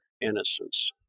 innocence